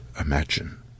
imagine—